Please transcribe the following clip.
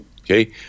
Okay